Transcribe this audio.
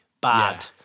bad